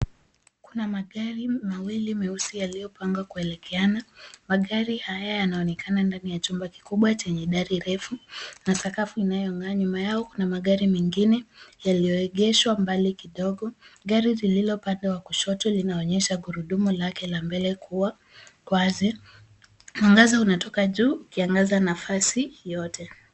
Kuna magari mawili meusi yaliyopangwa kuelekeana. Magari haya yanaonekana ndani ya chumba kikubwa chenye dari refu na sakafu inayong'aa. Nyuma yao kuna magari mengine yaliyoegeshwa mbali kidogo. Gari lililo upande wa kushoto linaonyesha gurudumu lake la mbele kuwa wazi. Mwangaza unatoka juu ukiangaza nafasi yote.